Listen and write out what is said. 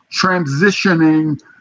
transitioning